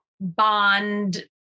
bond